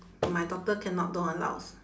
my doctor cannot don't allow